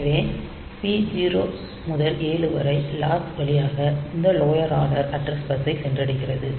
எனவே P 0 7 latch வழியாக இந்த லோயர் ஆர்டர் அட்ரஸ் பஸ் ஐ சென்றடைகிறது